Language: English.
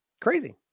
Crazy